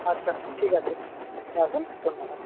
আচ্ছা ঠিক আছে রাখুন ধন্যবাদ